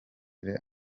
rda